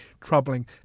troubling